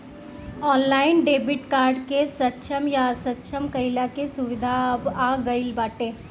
online debit card के सक्षम या असक्षम कईला के सुविधा अब आ गईल बाटे